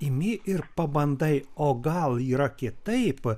imi ir pabandai o gal yra kitaip